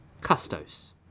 Custos